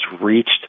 reached